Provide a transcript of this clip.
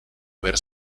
avere